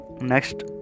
next